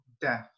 death